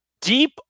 Deep